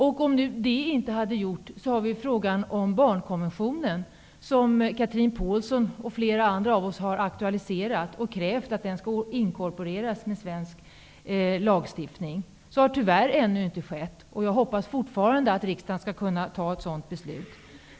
Om den nu inte hade gjort det, har vi barnkonventionen, som Chatrine Pålsson och flera andra av oss har aktualiserat och krävt skall inkorporeras med svensk lagstiftning. Så har tyvärr ännu inte skett. Jag hoppas fortfarande att riksdagen skall kunna fatta ett sådant beslut.